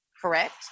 correct